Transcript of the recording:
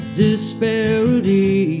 disparity